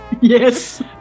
Yes